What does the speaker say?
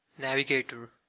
navigator